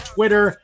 Twitter